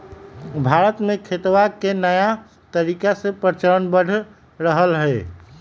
भारत में खेतवा के नया तरीका के प्रचलन बढ़ रहले है